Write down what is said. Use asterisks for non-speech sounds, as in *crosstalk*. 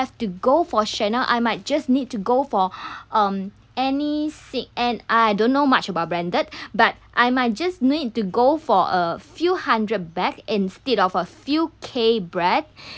have to go for chanel I might just need to go for *breath* um any seek and ah I don't know much about branded *breath* but I might just need to go for a few hundred bag instead of a few k brand